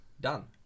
done